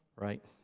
right